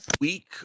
week